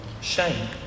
Shame